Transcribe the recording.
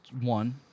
one